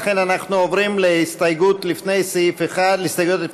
לכן אנחנו עוברים להסתייגויות לפני סעיף 1,